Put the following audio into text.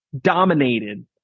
dominated